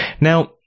Now